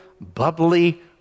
bubbly